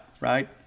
right